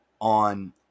on